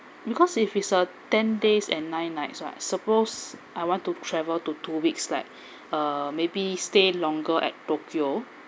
because if it's a ten days and nine nights right suppose I want to travel to two weeks like uh maybe stay longer at tokyo